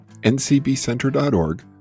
ncbcenter.org